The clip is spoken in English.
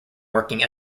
working